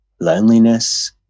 loneliness